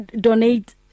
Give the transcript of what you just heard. donate